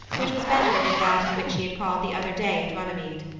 which was better than that in which he had called the other day at runnymede.